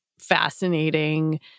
fascinating